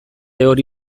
hori